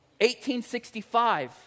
1865